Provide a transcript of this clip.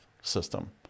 system